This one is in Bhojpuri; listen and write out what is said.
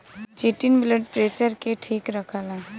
चिटिन ब्लड प्रेसर के ठीक रखला